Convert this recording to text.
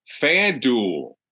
FanDuel